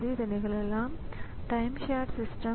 இது C 1 மற்றும் C 2 இரண்டு ஸிபியுக்கள்